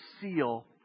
seal